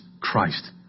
Christ